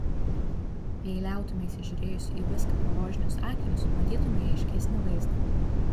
jei liautumeisi žiūrėjusi į viską pro rožinius akinius matytumei aiškesnį vaizdą